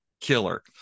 killer